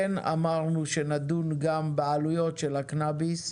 כן אמרנו שנדון גם בעלויות של הקנביס,